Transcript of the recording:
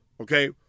okay